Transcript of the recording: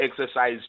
exercise